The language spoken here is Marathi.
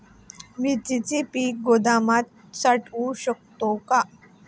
मिरचीचे पीक गोदामात साठवू शकतो का?